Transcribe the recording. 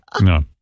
No